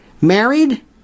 married